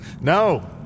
No